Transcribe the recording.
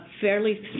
fairly